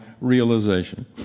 realization